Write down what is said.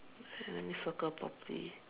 and let me circle properly